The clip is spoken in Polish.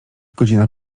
godzina